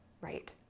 Right